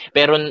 Pero